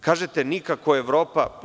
Kažete – nikako Evropa.